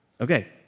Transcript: Okay